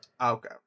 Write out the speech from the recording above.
Okay